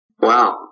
Wow